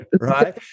right